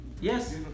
Yes